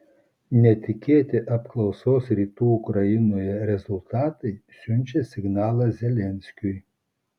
netikėti apklausos rytų ukrainoje rezultatai siunčia signalą zelenskiui